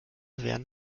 werden